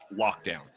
lockdown